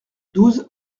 douze